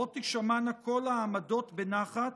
שבו תישמענה כל העמדות בנחת,